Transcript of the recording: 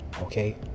Okay